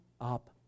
up